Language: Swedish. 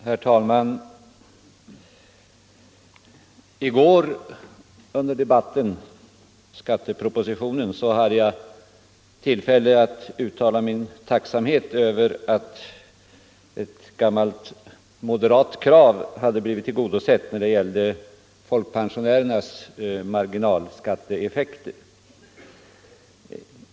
Herr talman! Under debatten om skattepropositionen i våras hade jag tillfälle att uttala min tacksamhet över att ett gammalt moderat krav hade tillgodosetts när det gällde folkpensionärernas marginalskatteeffekter.